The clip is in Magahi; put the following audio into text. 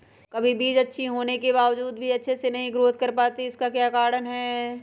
कभी बीज अच्छी होने के बावजूद भी अच्छे से नहीं ग्रोथ कर पाती इसका क्या कारण है?